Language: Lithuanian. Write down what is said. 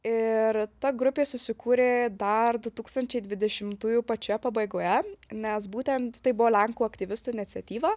ir ta grupė susikūrė dar du tūkstančiai dvidešimtųjų pačioje pabaigoje nes būtent tai buvo lenkų aktyvistų iniciatyva